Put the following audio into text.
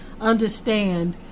Understand